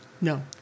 No